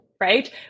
right